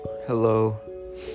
Hello